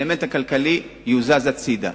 האלמנט הכלכלי יוזז הצדה.